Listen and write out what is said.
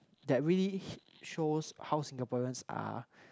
that really shows how Singaporeans are